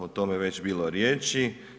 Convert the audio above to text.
O tome je već bilo riječi.